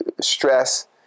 stress